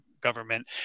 government